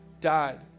died